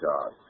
God